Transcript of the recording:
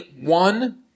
one